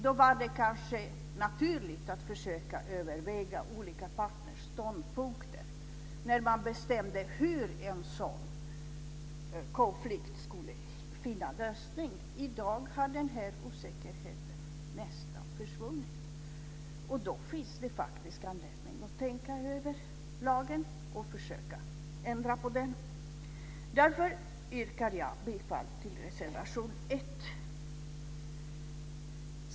Då var det kanske naturligt att försöka överväga olika partners ståndpunkter när man bestämde hur en sådan konflikt skulle få en lösning. I dag har den här osäkerheten nästan försvunnit. Då finns det faktiskt anledning att tänka över lagen och försöka ändra på den. Därför yrkar jag bifall till reservation 1.